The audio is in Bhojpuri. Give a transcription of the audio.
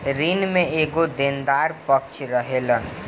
ऋण में एगो देनदार पक्ष रहेलन